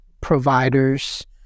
providers